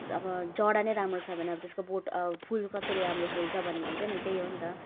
अब जरा नै राम्रो छ भने अब त्यसको बोट फुल कसरी राम्रो फुल्छ भन्ने हुन्छ नि त त्यही हो नि त